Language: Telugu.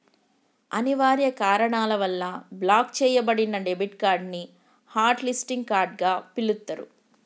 అనివార్య కారణాల వల్ల బ్లాక్ చెయ్యబడిన డెబిట్ కార్డ్ ని హాట్ లిస్టింగ్ కార్డ్ గా పిలుత్తరు